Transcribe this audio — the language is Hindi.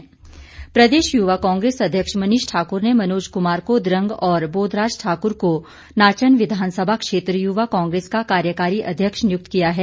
युवा कांग्रेस प्रदेश युवा कांग्रेस अध्यक्ष मनीष ठाकुर ने मनोज कुमार को द्वंग और बोधराज ठाकुर को नाचन विधानसभा क्षेत्र युवा कांग्रेस का कार्यकारी अध्यक्ष नियुक्त किया है